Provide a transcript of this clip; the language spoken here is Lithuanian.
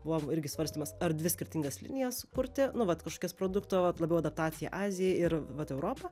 buvo irgi svarstymas ar dvi skirtingas linijas sukurti nu vat kažkokias produkto vat labiau adaptacija azijai ir vat europa